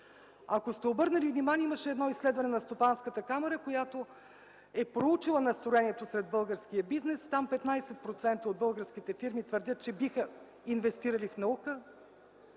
Ако сте обърнали внимание, имаше едно изследване на Стопанската камара, която е проучила настроението сред българския бизнес, и там 15% от българските фирми твърдят, че биха инвестирали в наука,